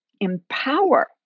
empower